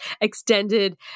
extended